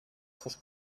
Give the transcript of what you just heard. fos